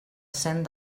cent